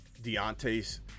Deontay's